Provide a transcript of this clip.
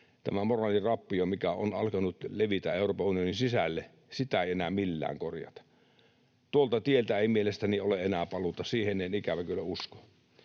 tätä moraalirappiota, mikä on alkanut levitä Euroopan unionin sisälle, ei enää millään korjata. Tuolta tieltä ei mielestäni ole enää paluuta, siihen en ikävä kyllä usko.